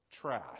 trash